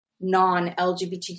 non-LGBTQ